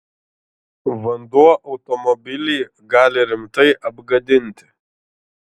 vanduo automobilį gali rimtai apgadinti